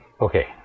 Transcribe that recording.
okay